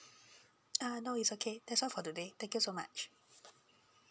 uh no is okay that's all for today thank you so much